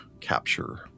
capture